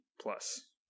plus